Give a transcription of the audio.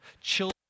children